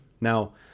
Now